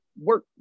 work